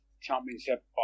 championship